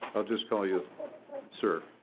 just call you sir.